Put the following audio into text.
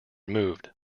removed